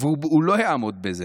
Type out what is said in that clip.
והוא לא יעמוד בזה.